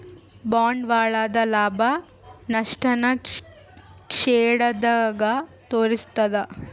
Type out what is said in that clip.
ಬಂಡವಾಳದ ಲಾಭ, ನಷ್ಟ ನ ಶೇಕಡದಾಗ ತೋರಿಸ್ತಾದ